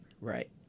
Right